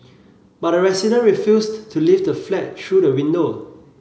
but the resident refused to leave the flat through the window